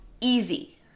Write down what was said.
easy